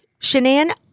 Shanann